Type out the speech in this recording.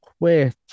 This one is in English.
quit